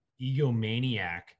egomaniac